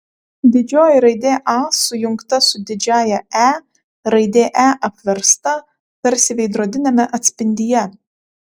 didžioji raidė a sujungta su didžiąja e raidė e apversta tarsi veidrodiniame atspindyje